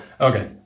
Okay